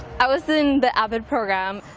i was in the avid program.